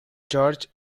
george